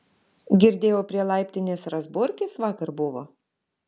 girdėjau prie laiptinės razborkės vakar buvo